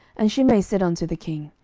and shimei said unto the king,